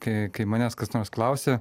kai kai manęs kas nors klausia